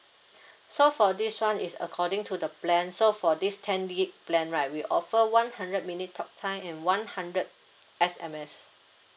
so for this [one] is according to the plan so for this ten gig plan right we offer one hundred minute talk time and one hundred S_M_S